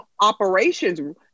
operations